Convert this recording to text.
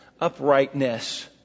uprightness